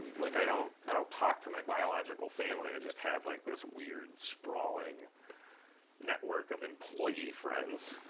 like, i don't i don't talk to my biological family i just have like this weird, sprawling network of employee-friends.